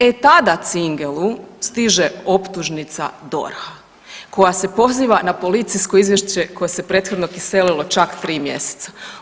E tada Cingelu stiže optužnica DORH-a koja se poziva na policijsko izvješće koje se prethodno kiselilo čak 3 mjeseca.